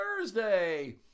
Thursday